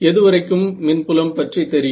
எதுவரைக்கும் மின்புலம் பற்றி தெரியும்